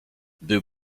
był